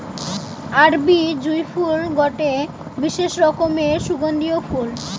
আরবি জুঁই ফুল গটে বিশেষ রকমের সুগন্ধিও ফুল